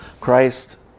Christ